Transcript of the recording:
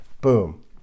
Boom